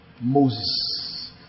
Moses